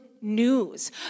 news